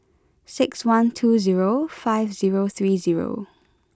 six one two zero five zero three zero